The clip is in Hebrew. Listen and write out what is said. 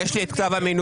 יש לי את כתב המינוי.